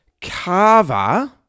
Carver